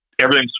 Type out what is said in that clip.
everything's